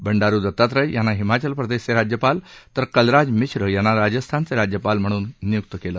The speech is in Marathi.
बंडारु दतात्रय यांना हिमाचल प्रदेशचे राज्यपाल तर कलराज मिश्र यांना राजस्थानचे राज्यपाल म्हणून नियुक्त करण्यात आलं